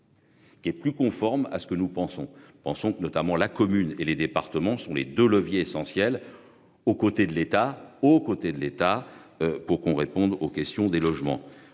Qui est plus conforme à ce que nous pensons, pensons que notamment la commune et les départements sont les 2 leviers essentiels. Aux côtés de l'État aux côtés de l'État pour qu'on réponde aux questions des logements